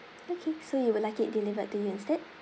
okay so you would like it delivered to you instead